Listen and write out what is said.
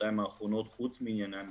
בשנתיים האחרונות, חוץ מענייני המיסוי,